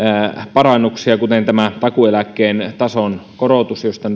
parannuksia kuten tämän takuueläkkeen tason korotuksen josta